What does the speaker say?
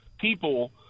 people